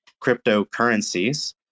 cryptocurrencies